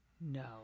No